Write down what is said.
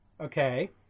Okay